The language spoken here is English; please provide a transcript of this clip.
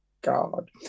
God